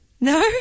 No